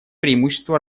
преимущества